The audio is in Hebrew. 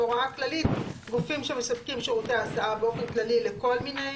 הוראות כלליות: גופים שמספקים שירותי הסעה באופן כללי לכל מיני